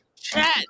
chat